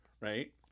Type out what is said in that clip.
right